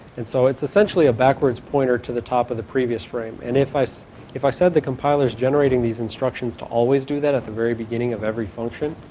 and so it's essentially a backwards pointer to the top of the previous frame and if i so if i said the compilers generating these instructions to always do that at the very beginning of every function.